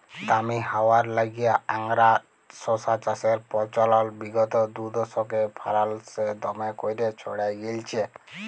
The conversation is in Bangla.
দামি হউয়ার ল্যাইগে আংগারা শশা চাষের পচলল বিগত দুদশকে ফারাল্সে দমে ক্যইরে ছইড়ায় গেঁইলছে